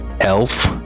elf